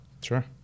Sure